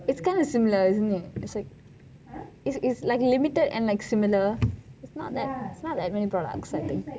it's kind of similar isn't it it is like it is like a limited and like similar it's not that many products